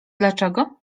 dlaczego